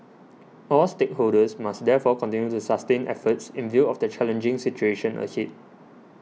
all stakeholders must therefore continue to sustain efforts in view of the challenging situation ahead